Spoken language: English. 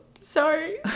sorry